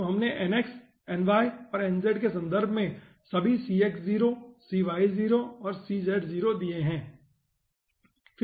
तो हमने nx ny और nz के संदर्भ में सभी cx0 cy0 और cz0 दिए हैं